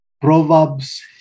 Proverbs